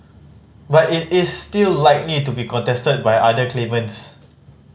but it is still likely to be contested by other claimants